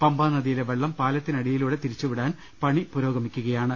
പമ്പാ നദിയിലെ വെള്ളം പാലത്തിനടിയിലൂടെ തിരിച്ചുവിടാൻ പണി പുരോഗമിക്കുകയാണ്